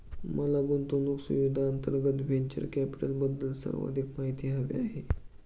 मला गुंतवणूक सुविधांअंतर्गत व्हेंचर कॅपिटलबद्दल अधिक माहिती हवी आहे